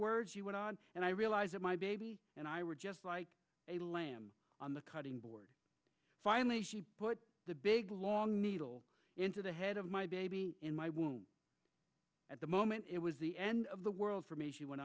words she went on and i realized that my baby and i were just like a lamb on the cutting board finally put the big long needle into the head of my baby in my womb at the moment it was the end of the world for me she went